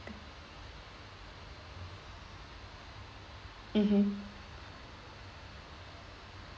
mmhmm